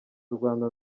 urwanda